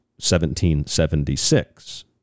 1776